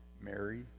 Mary